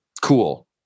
Cool